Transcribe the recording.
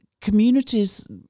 communities